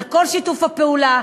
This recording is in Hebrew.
על כל שיתוף הפעולה,